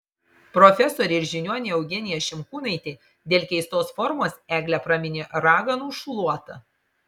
profesorė ir žiniuonė eugenija šimkūnaitė dėl keistos formos eglę praminė raganų šluota